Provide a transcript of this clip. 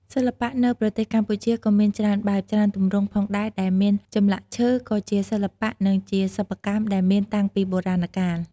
សិល្បៈនៅប្រទេសកម្ពុជាក៏មានច្រើនបែប ច្រើនទម្រង់ផងដែរដែលមានចម្លាក់ឈើក៏ជាសិល្បៈនិងជាសិប្បកម្មដែលមានតាំងពីបុរាណកាល។